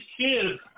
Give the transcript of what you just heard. kids